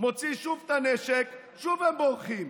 מוציא שוב את הנשק, שוב הם בורחים.